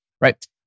right